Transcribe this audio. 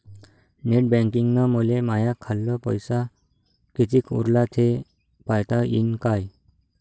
Net बँकिंगनं मले माह्या खाल्ल पैसा कितीक उरला थे पायता यीन काय?